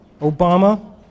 Obama